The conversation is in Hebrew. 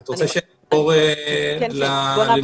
את רוצה שאעבור למכת"זיות?